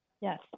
yes